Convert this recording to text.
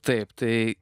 taip tai